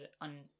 on